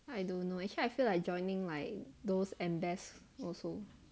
I don't know actually I feel like joining like those ambass also